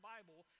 Bible